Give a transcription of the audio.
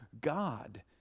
God